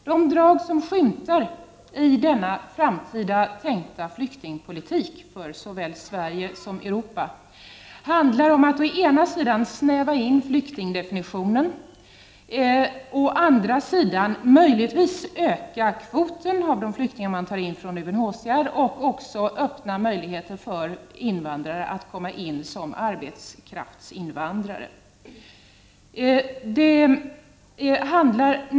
De drag som skymtar i denna framtida flyktingpolitik, för såväl Sverige som Europa, är att å ena sidan göra flyktingdefinitionen snävare, å andra sidan att möjligtvis öka kvoten av de flyktingar man tar in från UNHCR och att även öppna möjligheter för invandrare att komma in som arbetskraftsinvandrare.